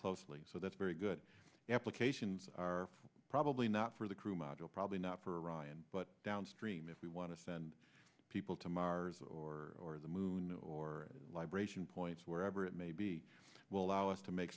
closely so that's very good applications are probably not for the crew module probably not for ryan but downstream if we want to send people to mars or the moon or libration points wherever it may be will allow us to make